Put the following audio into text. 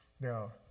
Now